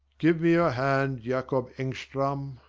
give me your hand, jacob engstrand.